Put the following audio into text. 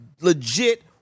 legit